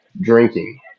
drinking